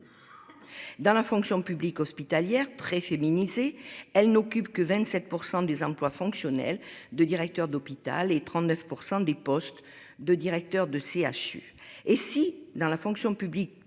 Dans la fonction publique hospitalière très féminisée, elle n'occupe que 27% des emplois fonctionnels de directeur d'hôpital et 39% des postes de directeurs de CHU et si dans la fonction publique